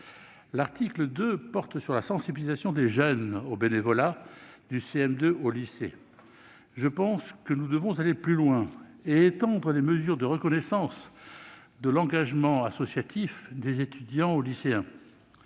L'article 2 porte sur la sensibilisation des jeunes au bénévolat, du CM2 au lycée. Je pense que nous devons aller plus loin et étendre les mesures de reconnaissance de l'engagement associatif des étudiants aux lycéens.